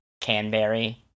canberry